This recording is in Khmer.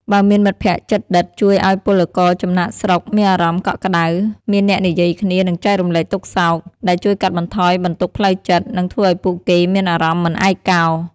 បើមានមិត្តភក្តិជិតដិតជួយឱ្យពលករចំណាកស្រុកមានអារម្មណ៍កក់ក្ដៅ មានអ្នកនិយាយគ្នា និងចែករំលែកទុក្ខសោក ដែលជួយកាត់បន្ថយបន្ទុកផ្លូវចិត្ត និងធ្វើឱ្យពួកគេមានអារម្មណ៍មិនឯកោ ។